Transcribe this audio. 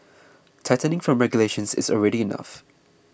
tightening from regulations is already enough